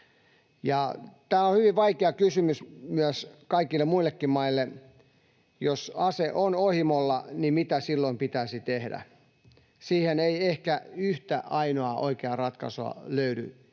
tämä on hyvin vaikea kysymys myös kaikille muillekin maille: jos ase on ohimolla, niin mitä silloin pitäisi tehdä? Siihen ei ehkä yhtä ainoaa oikeaa ratkaisua löydy